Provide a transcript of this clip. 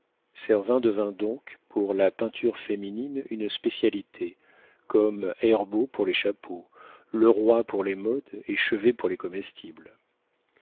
devint donc pour la peinture féminine une spécialité comme herbault pour les chapeaux leroy pour les modes et chevet pour les comestibles